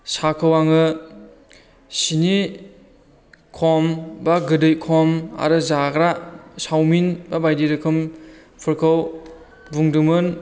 साहाखौ आङो सिनि खम एबा गोदै खम आरो जाग्रा साउमिन एबा बायदि रोखोमफोरखौ बुंदोंमोन